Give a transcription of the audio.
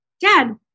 dad